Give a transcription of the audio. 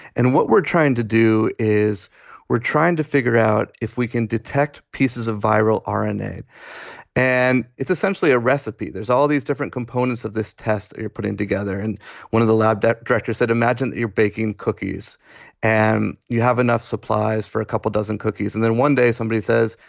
and what we're trying to do is we're trying to figure out if we can detect pieces of viral rna. and and it's essentially a recipe. there's all these different components of this test you're putting together. and one of the lab that director said, imagine that you're baking cookies and you have enough supplies for a couple of dozen cookies. and then one day somebody says,